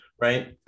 right